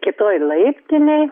kitoj laiptinėj